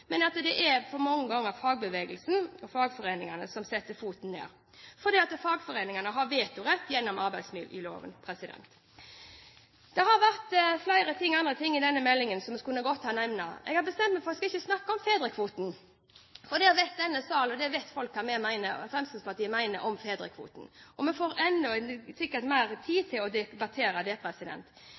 men fagbevegelsen og fagforeningene setter mange ganger foten ned, fordi fagforeningene har vetorett gjennom arbeidsmiljøloven. Det er flere andre ting i denne meldingen som jeg godt kunne nevne. Jeg har bestemt meg for ikke å snakke om fedrekvoten, for folk i denne salen vet hva Fremskrittspartiet mener om fedrekvoten. Vi får sikkert enda mer tid til å debattere det